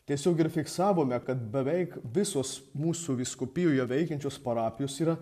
tiesiog ir fiksavome kad beveik visos mūsų vyskupijoje veikiančios parapijos yra